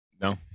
No